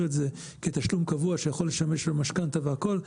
את זה כתשלום קבוע שיכול לשמש במשכנתא והכול,